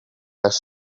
les